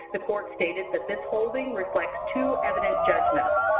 the court stated that this holding reflects too evident judgments.